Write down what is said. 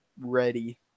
ready